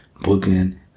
booking